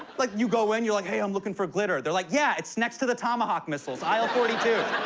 like, you go in, you're like, hey, i'm looking for glitter. they're like, yeah, it's next to the tomahawk missiles, aisle forty two.